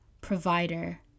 provider